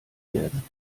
werden